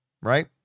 right